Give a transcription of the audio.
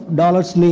dollars